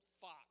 fox